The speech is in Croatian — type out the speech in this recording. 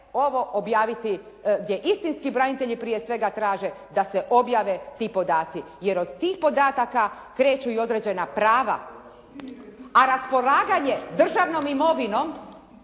ovo objaviti jer istinski branitelji prije svega traže da se objave ti podaci. Jer od tih podataka kreću i određena prava, a raspolaganje državnom imovinom